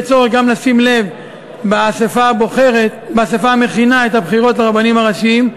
יש צורך גם לשים לב באספה המכינה את הבחירות לרבנים הראשיים,